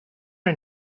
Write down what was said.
her